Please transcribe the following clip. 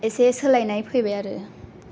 एसे सोलायनाय फैबाय आरो